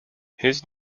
his